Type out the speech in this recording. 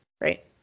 right